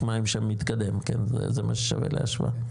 מים שם מתקדם כן זה מה ששווה להשוואה.